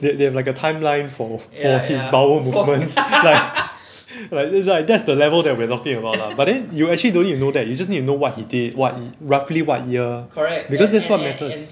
they they have like a timeline for for his bowel movements like this lah that's the level that we're talking about lah but then you actually don't need to know that you just need to know what he did what he roughly what year correct because that's what matters